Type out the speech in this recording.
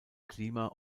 klima